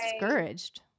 discouraged